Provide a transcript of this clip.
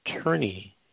attorney